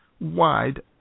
wide